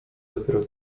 dopiero